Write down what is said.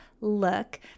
look